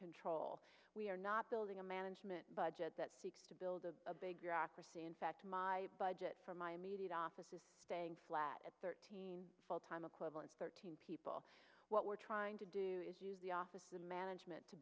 control we are not building a management budget that seeks to build a big bureaucracy in fact my budget for my immediate office is staying flat at thirteen full time equivalent thirteen people what we're trying to do is use the office of management to